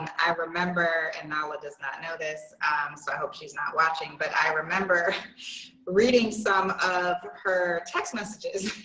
i remember and nala does not know this so i hope she's not watching. but i remember reading some of her text messages